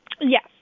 Yes